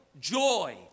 joy